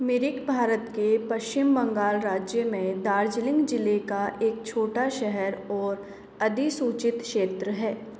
मिरिक भारत के पश्चिम बंगाल राज्य में दार्जिलिंग ज़िले का एक छोटा शहर और अधिसूचित क्षेत्र है